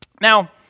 Now